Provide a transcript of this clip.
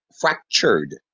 fractured